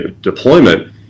deployment